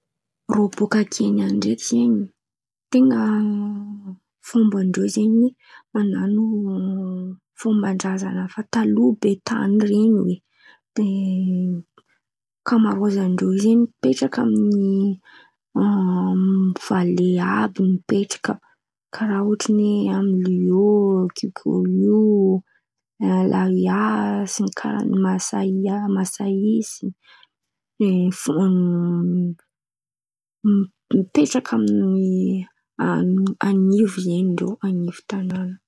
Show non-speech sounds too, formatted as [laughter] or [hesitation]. Rô boaka Kenià ndraiky zen̈y, ten̈a fomban-drô zen̈y man̈ano fomban-drazan̈a efa taloha be tan̈y ren̈y oe. De ankamarozan-drô io zen̈y de mipetraka amin'ny amy vale àby mipetraka karàha hoatran'ny amy liô, kipôliô, [hesitation] lareà sy ny karazany maria masai sy [hesitation] am-pôvô- mipetraka an̈ivo zen̈y irô, an̈ivon'ny tan̈àna.